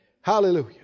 Hallelujah